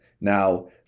Now